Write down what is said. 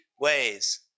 ways